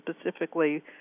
specifically